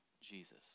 Jesus